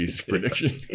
prediction